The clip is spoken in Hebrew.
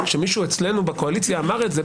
כשמישהו אצלנו בקואליציה אמר את זה,